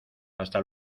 hasta